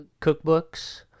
cookbooks